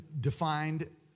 defined